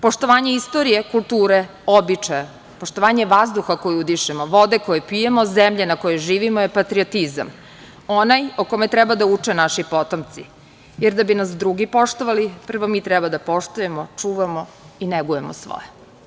Poštovanje istorije, kulture, običaja, poštovanje vazduha koji udišemo, vode koju pijemo, zemlje na kojoj živimo je patriotizam, onaj o kome treba da uče naši potomci, jer da bi nas drugi poštovali, prvo mi treba da poštujemo, čuvamo i negujemo svoje.